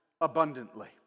abundantly